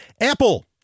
Apple